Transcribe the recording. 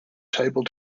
table